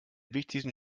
wichtigsten